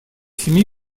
семи